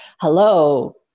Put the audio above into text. hello